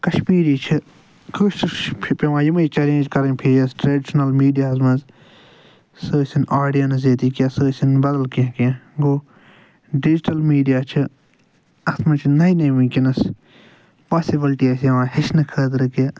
کشمیٖری چھِ کٲشرِس چھُ پٮ۪وان یِمے چیلینج کرٕنۍ فیس ٹرڈِشنل میٖڈیاہس منٛز سُہ ٲسِن آڈینس ییٚتیُک یا سُہ ٲسِن بدل کینٛہہ کینٛہہ گوو ڈِجٹل میٖڈیا چھِ اتھ منٛز چھِ نٔے نٔے وٕنکینس پاسِبٕلِٹی ہٮ۪چھٕ نہٕ خٲطرٕ کہِ